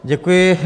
Děkuji.